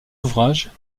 ouvrages